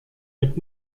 mit